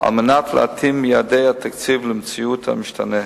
על מנת להתאים את יעדי התקציב למציאות המשתנה.